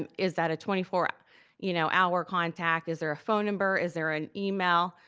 and is that a twenty four you know hour contact? is there a phone number? is there an email?